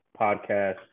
podcast